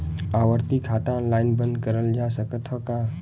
आवर्ती खाता ऑनलाइन बन्द करल जा सकत ह का?